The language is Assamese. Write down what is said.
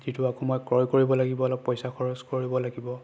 যিটো আকৌ মই ক্ৰয় কৰিব লাগিব অলপ পইচা খৰচ কৰিব লাগিব